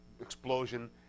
explosion